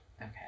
Okay